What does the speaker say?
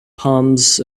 palms